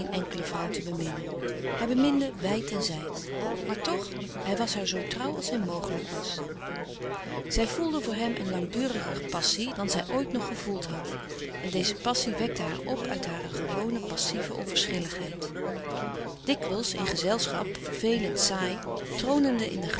enkele vrouw te beminnen hij beminde wijd en zijd louis couperus de stille kracht maar toch hij was haar zoo trouw als hem mogelijk was zij voelde voor hem een langduriger passie dan zij ooit nog gevoeld had en deze passie wekte haar op uit hare gewone passieve onverschilligheid dikwijls in gezelschap vervelend saai tronende in den